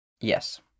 Yes